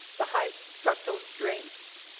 the high fructose drinks.